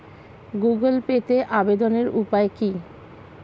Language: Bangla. গুগোল পেতে আবেদনের উপায় কি?